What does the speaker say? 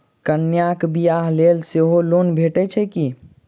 कन्याक बियाह लेल सेहो लोन भेटैत छैक की?